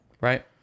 Right